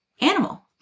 animal